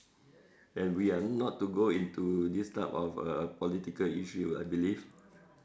and we are not to go into this type of uh political issue I believe